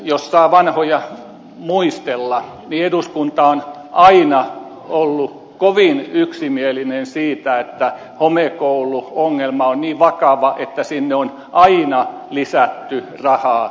jos saa vanhoja muistella niin eduskunta on aina ollut kovin yksimielinen siitä että homekouluongelma on niin vakava että sinne on aina lisätty rahaa